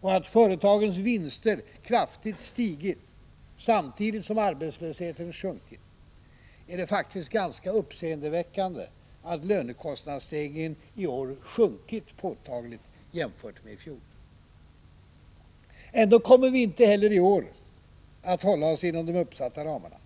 och att företagens vinster kraftigt stigit samtidigt som arbetslösheten sjunkit, är det faktiskt ganska uppseendeväckande att lönekostnadsstegringen i år sjunkit påtagligt jämfört med i fjol. Ändå kommer vi inte heller i år att hålla oss inom de uppsatta ramarna.